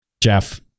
Jeff